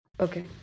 Okay